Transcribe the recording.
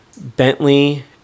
Bentley